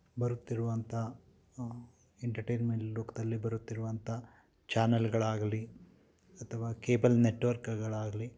ಬರುತ್ತಿರುವಂಥ entertainment ಲೋಕದಲ್ಲಿ ಬರುತ್ತಿರುವಂಥ ಚಾನಲ್ಗಳಾಗಲಿ ಅಥವಾ ಕೇಬಲ್ ನೆಟ್ವರ್ಕ್ಗಳಾಗಲಿ